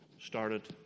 started